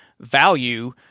value